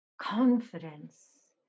confidence